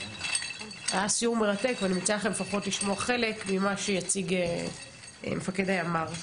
היה סיור מרתק ואני מציעה לכם לשמוע לפחות חלק ממה שיציג מפקד הימ"ר.